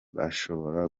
bashobora